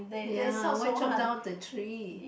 ya why chop down the tree